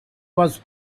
was